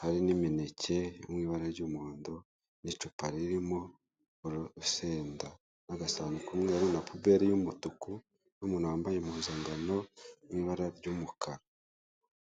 hari n'imineke yo mu ibara ry'umuhondo n'icupa ririmo urusenda n'agasahani k'umweru na puberi y'umutuku n'umuntu wambaye impuzangano iri mu ibara ry'umukara.